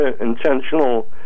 intentional